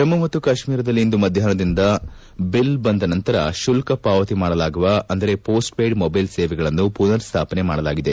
ಜಮ್ಮು ಮತ್ತು ಕಾಶ್ಮೀರದಲ್ಲಿ ಇಂದು ಮಧ್ಯಾಷ್ನದಿಂದ ಬಿಲ್ ಬಂದ ನಂತರ ಶುಲ್ಕ ವಾವತಿ ಮಾಡಲಾಗುವ ಅಂದರೆ ಪೋಸ್ಟ್ ಪೇಯ್ಡ್ ಮೊಬೈಲ್ ಸೇವೆಗಳನ್ನು ಪುನರ್ ಸ್ಥಾಪನೆ ಮಾಡಲಾಗಿದೆ